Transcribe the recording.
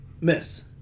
Miss